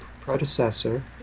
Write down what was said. predecessor